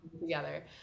together